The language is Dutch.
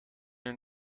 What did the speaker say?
een